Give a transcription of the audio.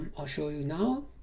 i'll show you now